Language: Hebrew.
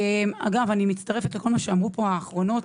אני מצטרפת לכל מה שאמרו פה האחרונות,